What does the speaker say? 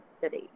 City